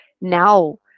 now